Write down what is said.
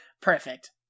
Perfect